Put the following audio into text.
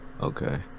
Okay